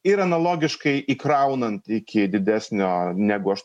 ir analogiškai įkraunant iki didesnio negu aš